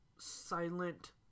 silent